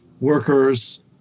workers